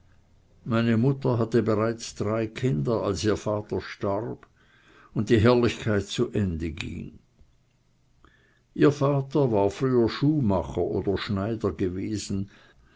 meine mutter hatte bereits drei kinder als ihr vater starb und die herrlichkeit zu ende ging ihr vater war früher schuhmacher oder schneider gewesen